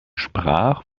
sprach